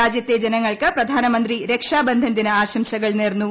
രാജ്യത്തെ ജനങ്ങൾക്ക് പ്രധാനമന്ത്രി രക്ഷാബന്ധൻ ദിന ആശംസകൾ നേർന്നു